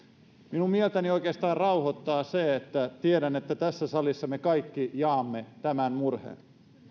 minun mieltäni oikeastaan rauhoittaa se että tiedän että tässä salissa me kaikki jaamme tämän murheen